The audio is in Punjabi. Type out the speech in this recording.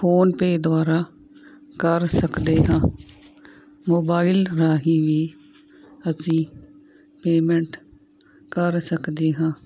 ਫੋਨਪੇ ਦੁਆਰਾ ਕਰ ਸਕਦੇ ਹਾਂ ਮੋਬਾਈਲ ਰਾਹੀਂ ਵੀ ਅਸੀਂ ਪੇਮੈਂਟ ਕਰ ਸਕਦੇ ਹਾਂ